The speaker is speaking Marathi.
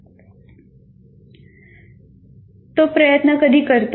तो प्रयत्न कधी करतो